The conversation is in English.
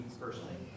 personally